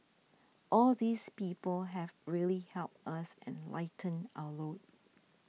all these people have really helped us and lightened our load